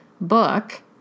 book